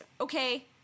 okay